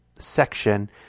section